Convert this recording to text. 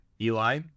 Eli